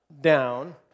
down